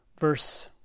Verse